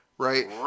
Right